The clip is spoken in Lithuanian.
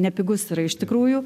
nepigus yra iš tikrųjų